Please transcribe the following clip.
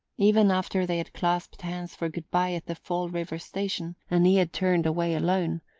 even after they had clasped hands for good-bye at the fall river station, and he had turned away alone,